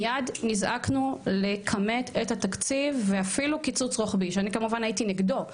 מיד נזעקנו לכמת את התקציב ואפילו קיצוץ רוחבי שאני כמובן הייתי נגדו,